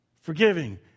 Forgiving